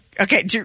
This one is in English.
Okay